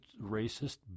racist